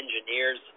engineers